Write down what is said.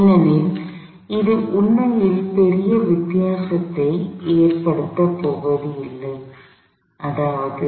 ஏனெனில் அது உண்மையில் பெரிய வித்தியாசத்தை ஏற்படுத்தப் போவதில்லை அதாவது